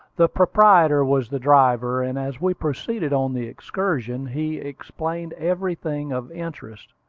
the proprietor was the driver, and as we proceeded on the excursion, he explained everything of interest.